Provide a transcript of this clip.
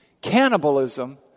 cannibalism